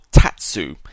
Tatsu